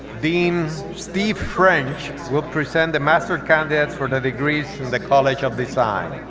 dean steve french will present the master candidates for the degrees in the college of design.